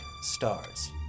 stars